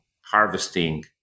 harvesting